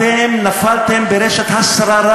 אתם נפלתם ברשת השררה,